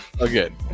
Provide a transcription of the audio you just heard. Again